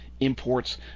Imports